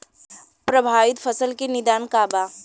प्रभावित फसल के निदान का बा?